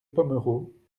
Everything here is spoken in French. pomereux